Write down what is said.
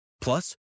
Plus